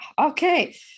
Okay